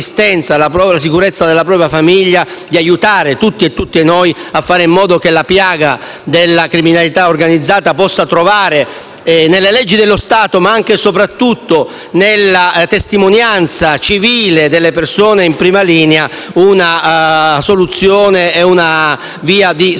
la sicurezza della propria famiglia, di aiutare tutti e tutte noi a fare in modo che la piaga della criminalità organizzata possa trovare nelle leggi dello Stato, ma anche e soprattutto nella testimonianza civile delle persone in prima linea, una soluzione, fornendo una via di salvezza